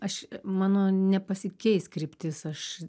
aš mano nepasikeis kryptis aš